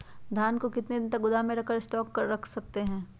धान को कितने दिन को गोदाम में स्टॉक करके रख सकते हैँ?